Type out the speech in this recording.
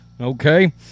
okay